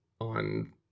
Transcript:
on